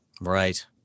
Right